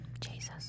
Jesus